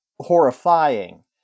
horrifying